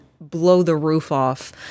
blow-the-roof-off